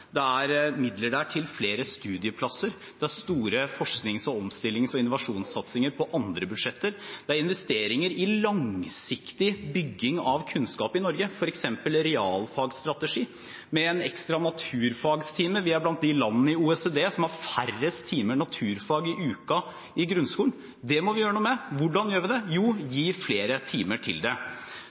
Det er midler til flere studieplasser. Det er store forsknings-, omstillings- og innovasjonssatsinger på andre budsjetter. Det er investeringer i langsiktig bygging av kunnskap i Norge, f.eks. realfagsstrategi – med en ekstra naturfagtime. Vi er blant de landene i OECD som har færrest timer naturfag i uken i grunnskolen. Det må vi gjøre noe med. Hvordan gjør vi det? Jo, vi gir flere timer til det.